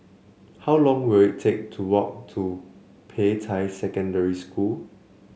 how long will it take to walk to Peicai Secondary School